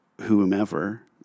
whomever